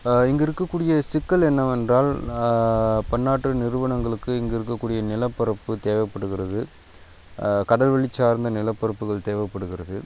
இங்கு இருக்கக்கூடிய சிக்கல் என்னவென்றால் பன்னாட்டு நிறுவனங்களுக்கு இங்கு இருக்கக்கூடிய நிலப்பரப்பு தேவைப்படுகிறது கடல் வழிச் சார்ந்த நிலப்பரப்புகள் தேவைப்படுகிறது